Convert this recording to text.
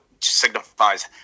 signifies